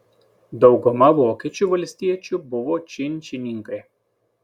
dauguma vokiečių valstiečių buvo činšininkai